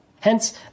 Hence